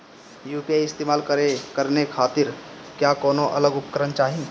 UPI इस्तेमाल करने खातिर क्या कौनो अलग उपकरण चाहीं?